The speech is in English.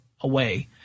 away